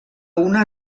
una